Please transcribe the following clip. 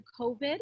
COVID